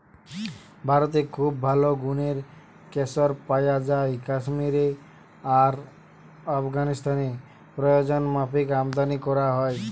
ভারতে খুব ভালো গুনের কেশর পায়া যায় কাশ্মীরে আর আফগানিস্তানে প্রয়োজনমাফিক আমদানী কোরা হয়